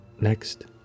next